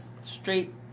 straight